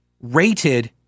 rated